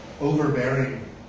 overbearing